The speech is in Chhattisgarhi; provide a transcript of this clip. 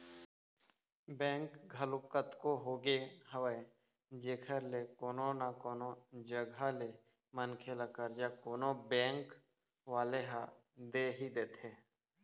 बेंक घलोक कतको होगे हवय जेखर ले कोनो न कोनो जघा ले मनखे ल करजा कोनो बेंक वाले ह दे ही देथे